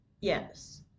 yes